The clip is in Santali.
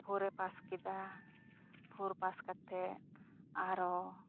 ᱯᱷᱳᱨ ᱮ ᱯᱟᱥ ᱠᱮᱫᱟ ᱯᱷᱳᱨ ᱯᱟᱥ ᱠᱟᱛᱮᱜ ᱟᱨᱚ